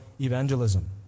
evangelism